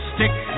Stick